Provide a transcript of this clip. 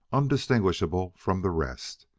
undistinguishable from the rest.